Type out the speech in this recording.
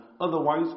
Otherwise